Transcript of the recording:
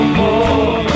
more